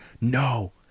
No